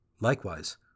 Likewise